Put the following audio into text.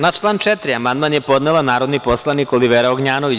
Na član 4. amandman je podnela narodni poslanik Olivera Ognjanović.